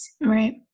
Right